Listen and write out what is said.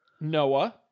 Noah